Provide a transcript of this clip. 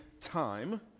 time